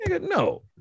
No